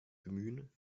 bemühen